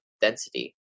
density